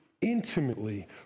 intimately